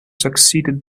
succeeded